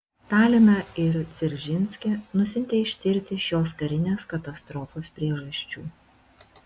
staliną ir dzeržinskį nusiuntė ištirti šios karinės katastrofos priežasčių